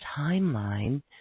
timeline